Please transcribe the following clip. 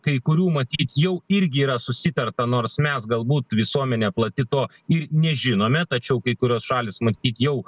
kai kurių matyt jau irgi yra susitarta nors mes galbūt visuomenė plati to ir nežinome tačiau kai kurios šalys matyt jau